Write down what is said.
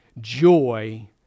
joy